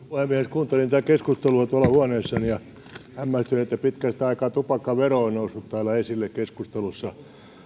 kuuntelin tätä keskustelua tuolla huoneessani ja hämmästyin että pitkästä aikaa tupakkavero on noussut täällä esille keskustelussa